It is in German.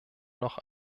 noch